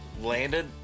landed